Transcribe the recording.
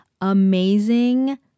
amazing